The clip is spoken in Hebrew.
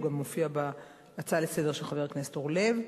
הוא גם מופיע בהצעה לסדר-היום של חבר הכנסת אורלב,